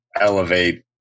elevate